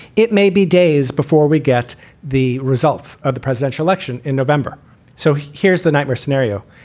it may be days before we get the results of the presidential election in november so here's the nightmare scenario.